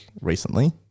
recently